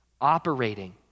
operating